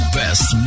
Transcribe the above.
best